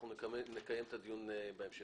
אנחנו נקיים את הדיון בהמשך.